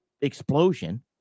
explosion